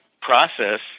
process